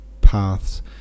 paths